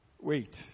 wait